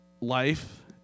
life